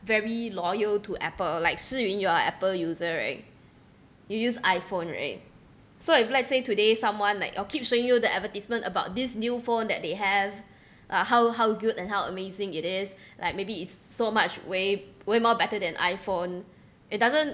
very loyal to Apple like shi yun you are Apple user right you use iPhone right so if let's say today someone like uh keep showing you the advertisement about this new phone that they have uh how how good and how amazing it is like maybe it's so much way way more better than iPhone it doesn't